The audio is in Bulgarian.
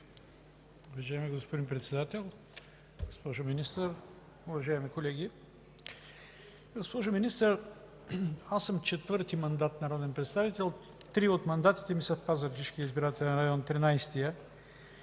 Уважаеми господин Председател, госпожо Министър, уважаеми колеги! Госпожо Министър, аз съм четвърти мандат народен представител – три от мандатите ми са в Пазарджишки избирателен район – 13-ия.